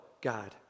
God